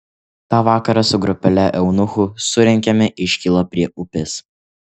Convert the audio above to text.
tą vakarą su grupele eunuchų surengėme iškylą prie upės